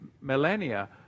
millennia